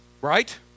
Right